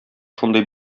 шундый